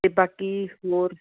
ਅਤੇ ਬਾਕੀ ਹੋਰ